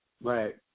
Right